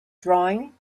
drawing